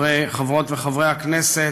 חברות וחברי הכנסת,